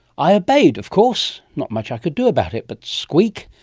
i obeyed, of course, not much i could do about it but squeak.